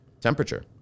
temperature